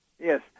Yes